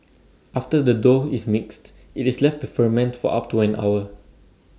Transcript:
after the dough is mixed IT is left to ferment for up to an hour